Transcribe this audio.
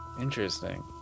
Interesting